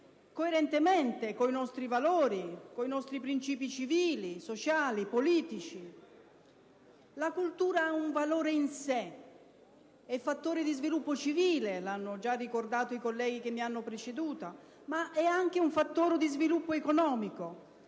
coerentemente con i nostri valori, con i nostri principi civili, sociali politici. La cultura è un valore in sé; è un fattore di sviluppo civile, come hanno già ricordato i colleghi che mi hanno preceduta, ma è anche un fattore di sviluppo economico;